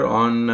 on